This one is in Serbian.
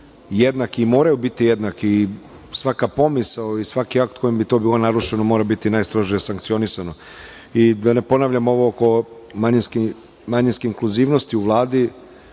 jednaki i moraju biti jednaki. Svaka pomisao i svaki akt kojim bi to bilo narušeno moralo bi biti najstrožije sankcionisano. Da ne ponavljam ovo oko manjinske inkluzivnosti u Vladi,